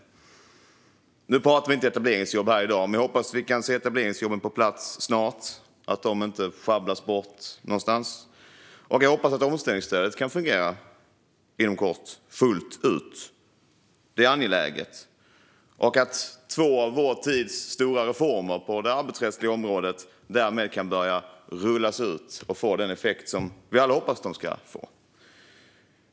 I dag talar vi visserligen inte om etableringsjobb, men jag hoppas att vi kan se att de snart kommer på plats och inte sjabblas bort. Jag hoppas också att omställningsstödet kan fungera fullt ut inom kort. Det är angeläget. Då kan två av vår tids stora reformer på det arbetsrättsliga området därmed rullas ut och få den effekt som vi alla hoppas att de ska få.